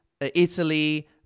Italy